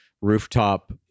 rooftop